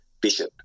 bishop